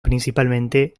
principalmente